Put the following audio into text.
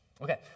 Okay